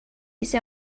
isso